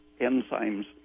enzymes